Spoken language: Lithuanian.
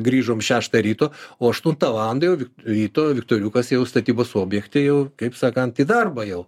grįžom šeštą ryto o aštuntą valandą ryto viktoriukas jau statybos objekte jau kaip sakant į darbą jau